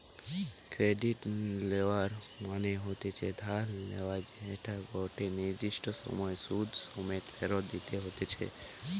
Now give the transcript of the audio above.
credit লেওয়া মনে হতিছে ধার লেয়া যেটা গটে নির্দিষ্ট সময় সুধ সমেত ফেরত দিতে হতিছে